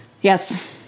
Yes